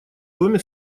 доме